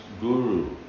guru